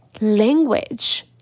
language